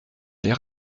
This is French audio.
aller